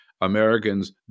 Americans